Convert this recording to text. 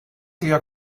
your